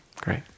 Great